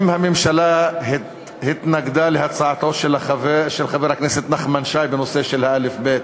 אם הממשלה התנגדה להצעתו של חבר הכנסת נחמן שי בנושא של סדר אל"ף-בי"ת,